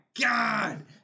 god